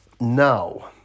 Now